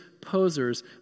posers